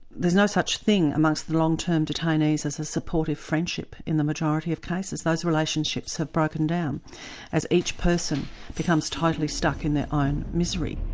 there's no such thing amongst the long term detainees as a supportive friendship in the majority of cases. those relationships have broken down as each person becomes totally stuck in their ah own misery.